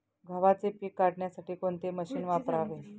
गव्हाचे पीक काढण्यासाठी कोणते मशीन वापरावे?